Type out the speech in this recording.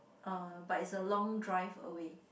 uh but it's a long drive away